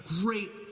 great